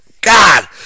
God